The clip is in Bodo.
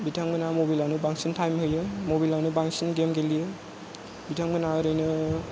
बिथांमोना मबाइलावनो बांसिन टाइम होयो मबाइलावनो बांसिन गेम गेलेयो बिथांमोना ओरैनो